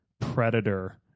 predator